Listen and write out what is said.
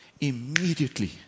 immediately